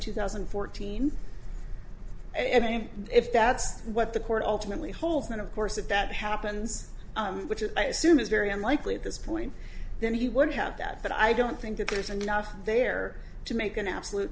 two thousand and fourteen and i mean if that's what the court ultimately holds and of course if that happens which i assume is very unlikely at this point then you would have that but i don't think that there's enough there to make an absolute